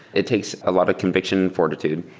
it takes a lot of conviction fortitude.